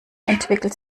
entwickelt